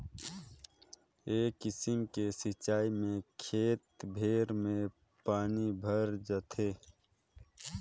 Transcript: ए किसिम के सिचाई में खेत भेर में पानी भयर जाथे